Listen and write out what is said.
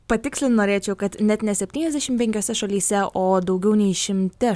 patikslint norėčiau kad net ne septyniasdešim penkiose šalyse o daugiau nei šimte